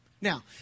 Now